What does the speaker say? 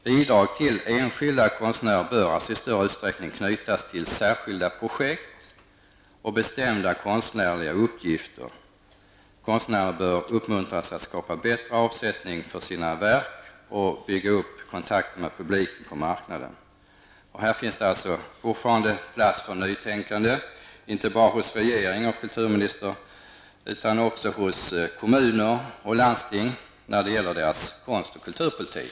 Bidrag till enskilda konstnärer bör alltså i större usträckning knytas till särskilda projekt och bestämda konstnärliga uppgifter. Konstnärer bör uppmuntras att skapa bättre avsättning för sina verk och bygga upp kontakten med publiken på marknaden. Här finns fortfarande plats för nytänkande, inte bara hos regering och kulturminister utan också hos kommuner och landsting när det gäller deras konstoch kulturpolitik.